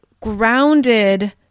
grounded